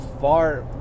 far